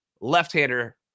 Left-hander